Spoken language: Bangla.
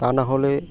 তা না হলে